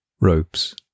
Ropes